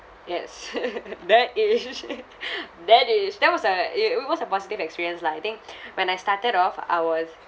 yes that is that is that was a i~ it was a positive experience lah I think when I started off I was